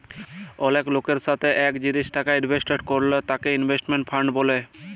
অলেক লকের সাথে এক জিলিসে টাকা ইলভেস্ট করল তাকে ইনভেস্টমেন্ট ফান্ড ব্যলে